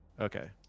Okay